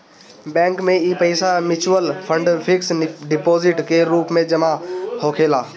bank में इ पईसा मिचुअल फंड, फिक्स डिपोजीट के रूप में जमा होखेला